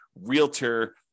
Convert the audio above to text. realtor